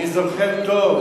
אני זוכר טוב.